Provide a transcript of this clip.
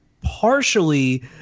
partially